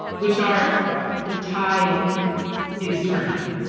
which are the tide is turning.